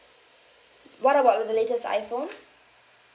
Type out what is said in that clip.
what about the the latest iphone